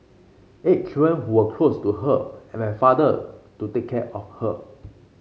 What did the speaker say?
eight children who were close to her and my father to take care of her